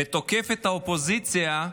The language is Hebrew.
ותוקף את האופוזיציה,